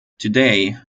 today